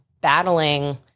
battling